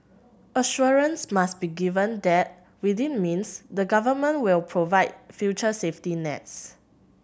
assurance must be given that within means the Government will provide future safety nets